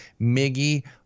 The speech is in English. Miggy